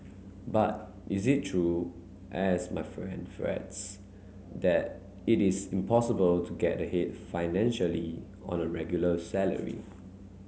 but is it true as my friend frets that it is impossible to get ahead financially on a regular salary